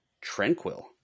Tranquil